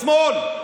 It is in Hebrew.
השמאל.